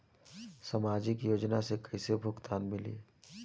सामाजिक योजना से कइसे भुगतान मिली?